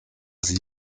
sie